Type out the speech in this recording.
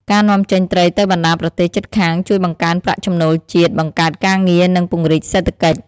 ការនាំចេញត្រីទៅបណ្ដាលប្រទេសជិតខាងជួយបង្កើនប្រាក់ចំណូលជាតិ បង្កើតការងារ និង ពង្រីកសេដ្ឋកិច្ច។